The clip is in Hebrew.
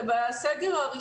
מי התחסן ומי